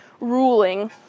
ruling